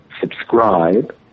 subscribe